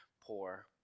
poor